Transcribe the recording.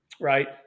Right